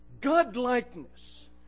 God-likeness